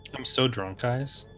i'm so drunk eyes